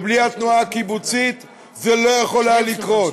ובלי התנועה הקיבוצית זה לא יכול היה לקרות.